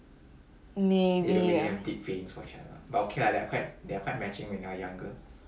maybe ah